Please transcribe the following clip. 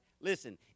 listen